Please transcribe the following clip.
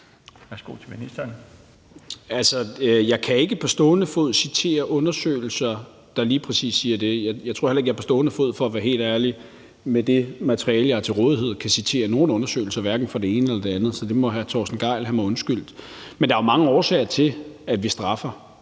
kan ikke på stående fod citere undersøgelser, der lige præcis siger det, og for at være helt ærlig tror jeg heller ikke, at jeg med det materiale, jeg har til rådighed, på stående fod kan citere nogen undersøgelser, hverken for det ene eller det andet. Så det må hr. Torsten Gejl have mig undskyldt. Men der er jo mange årsager til, at vi straffer.